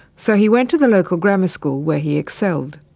so he went to the local grammar school where he excelled.